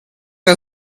ein